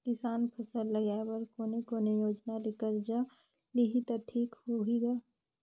किसान फसल लगाय बर कोने कोने योजना ले कर्जा लिही त ठीक होही ग?